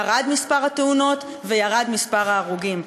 ירד מספר התאונות וירד מספר ההרוגים.